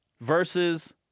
versus